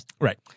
Right